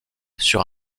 sur